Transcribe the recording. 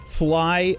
fly